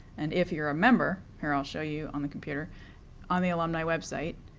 and if you're a member here, i'll show you on the computer on the alumni website,